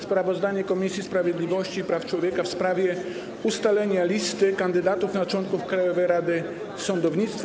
Sprawozdanie Komisji Sprawiedliwości i Praw Człowieka w sprawie ustalenia listy kandydatów na członków Krajowej Rady Sądownictwa.